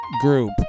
group